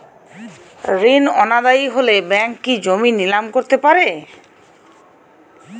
ঋণ অনাদায়ি হলে ব্যাঙ্ক কি জমি নিলাম করতে পারে?